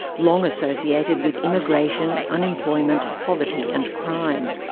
long associated with immigration, unemployment, poverty and crime.